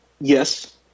Yes